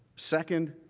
second,